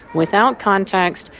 without context,